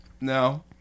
No